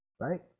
Right